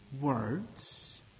words